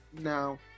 no